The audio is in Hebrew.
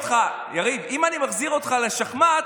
יריב, אם אני מחזיר אותך לשחמט,